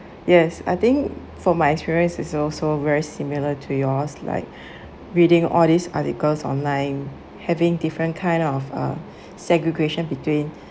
yes I think for my experience is also very similar to yours like reading all these articles online having different kind of uh segregation between